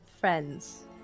friends